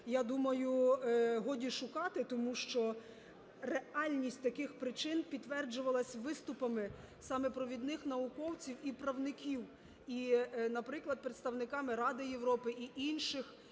я думаю, годі й шукати. Тому що реальність таких причин підтверджувалася виступами саме провідних науковців і правників і, наприклад, представниками Ради Європи і інших